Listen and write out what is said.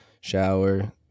shower